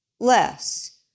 less